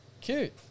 Cute